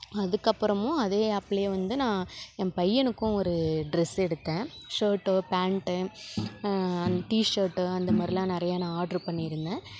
அதற்கப்புறமும் அதே ஆப்லையே வந்து நான் என் பையனுக்கும் ஒரு டிரஸ் எடுத்தேன் ஷர்ட்டு பேண்ட்டு டிஷர்ட்டு அந்த மாரிலாம் நான் நிறைய ஆர்டர் பண்ணிருந்தேன்